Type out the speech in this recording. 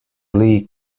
lee